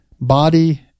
Body